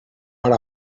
ara